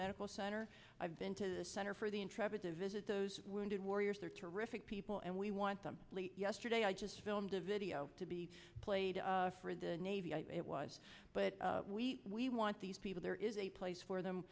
medical center i've been to the center for the intrepid to visit those wounded warriors they're terrific people and we want them yesterday i just filmed a video to be played for the navy it was but we we want these people there is a place for them